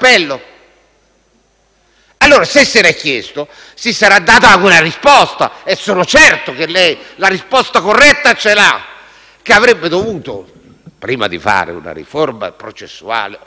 E se lo ha fatto, si sarà dato una risposta e sono certo che la risposta corretta ce l'ha. La risposta è che avrebbe dovuto, prima di fare una riforma processuale